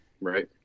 Right